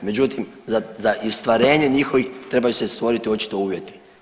Međutim, za ostvarenje njihovih trebaju se stvoriti očito uvjeti.